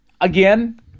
again